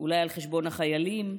אולי על חשבון החיילים?